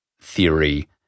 theory